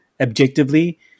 objectively